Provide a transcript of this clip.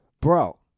Bro